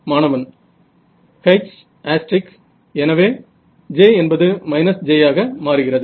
மாணவன் Hஎனவே j என்பது j ஆக மாறுகிறது